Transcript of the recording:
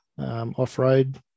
off-road